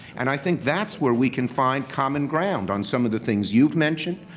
and i think that's where we can find common ground on some of the things you've mentioned,